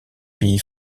pays